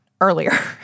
earlier